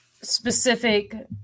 specific